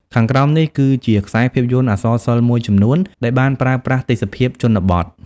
ខាងក្រោមនេះគឺជាខ្សែភាពយន្តអក្សរសិល្ប៍មួយចំនួនដែលបានប្រើប្រាស់ទេសភាពជនបទ